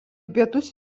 pietus